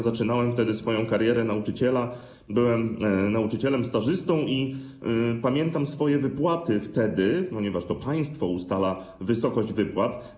Zaczynałem wtedy karierę nauczyciela, byłem nauczycielem stażystą i pamiętam swoje wypłaty, ponieważ to państwo ustala wysokość wypłat.